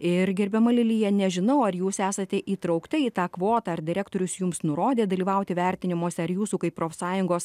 ir gerbiama lilija nežinau ar jūs esate įtraukta į tą kvotą ar direktorius jums nurodė dalyvauti vertinimuose ar jūsų kaip profsąjungos